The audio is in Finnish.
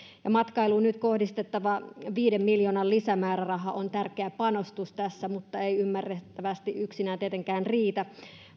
matkailuun nyt kohdistettava viiden miljoonan lisämääräraha on tärkeä panostus tässä mutta ei ymmärrettävästi yksinään tietenkään riitä